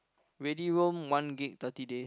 ready roam one gig thirty days